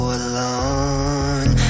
alone